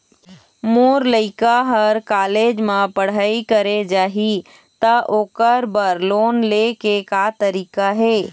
मोर लइका हर कॉलेज म पढ़ई करे जाही, त ओकर बर लोन ले के का तरीका हे?